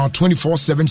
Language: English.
24-7